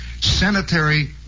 Sanitary